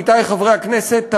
עמיתי חברי הכנסת,